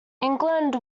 england